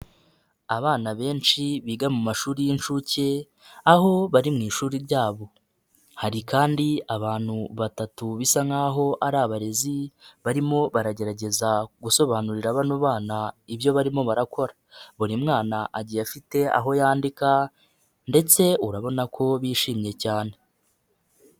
Abana benshi biga mu mashuri y'inshuke aho bari mu ishuri ryabo, hari kandi abantu batatu bisa nk'aho ari abarezi barimo baragerageza gusobanurira bano bana ibyo barimo barakora, buri mwana agiye afite aho yandika ndetse urabona ko bishimye cyane.